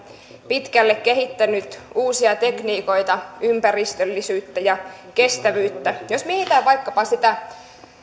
pitkälle kehittänyt uusia tekniikoita ympäristöllisyyttä ja kestävyyttä jos mietitään vaikkapa